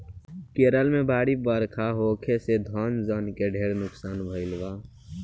केरल में भारी बरखा होखे से धन जन के ढेर नुकसान भईल बा